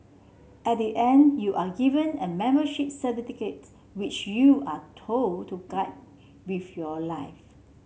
at the end you are given a membership certificate which you are told to guard with your life